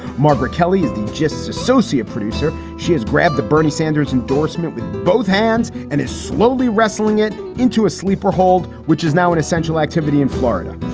margaret kelly is the justice associate producer. she has grabbed the bernie sanders endorsement with both hands and is slowly wrestling it into a sleeper hold, which is now an essential activity in florida.